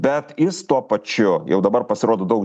bet jis tuo pačiu jau dabar pasirodo daug